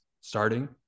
starting